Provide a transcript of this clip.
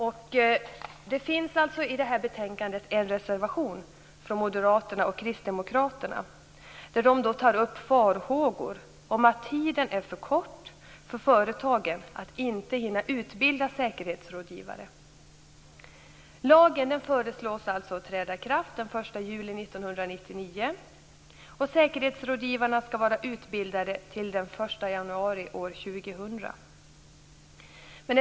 I det här betänkandet finns det en reservation från Moderaterna och Kristdemokraterna. De tar upp farhågor om att tiden är för kort för företagen, att de inte hinner utbilda säkerhetsrådgivare. Lagen föreslås alltså träda i kraft den 1 juli 1999. Säkerhetsrådgivarna skall vara utbildade till den 1 januari år 2000.